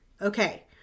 Okay